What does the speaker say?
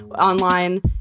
online